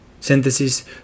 Synthesis